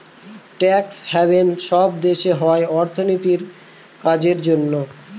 tax haven সব দেশে হয় অর্থনীতির কাজের জন্য